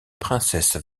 princesse